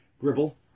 Gribble